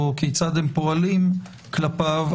או כיצד הם פועלים כלפיו,